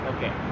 Okay